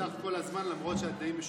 אני איתך כל הזמן, למרות שאת די משועממת.